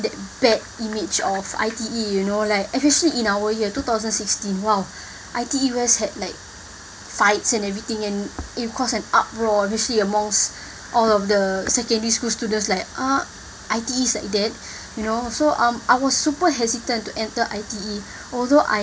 that bad image of I_T_E you know like especially in our year two thousand sixteen !wow! I_T_E west had like fights and everything and it cause an uproar especially amongst all of the secondary school students like uh I_T_E's like that you know so um I was super hesitant to enter I_T_E although I